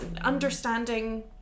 understanding